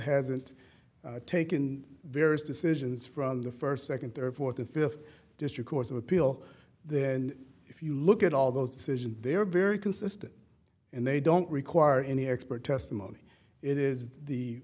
hasn't taken various decisions from the first second third fourth and fifth district court of appeal then if you look at all those decisions they're very consistent and they don't require any expert testimony it is the